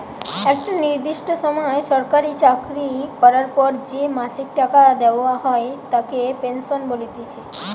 একটা নির্দিষ্ট সময় সরকারি চাকরি করার পর যে মাসিক টাকা দেওয়া হয় তাকে পেনশন বলতিছে